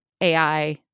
AI